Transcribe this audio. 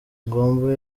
nkombo